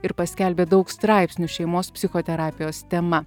ir paskelbė daug straipsnių šeimos psichoterapijos tema